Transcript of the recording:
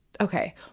Okay